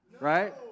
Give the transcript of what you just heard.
right